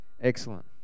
excellent